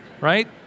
right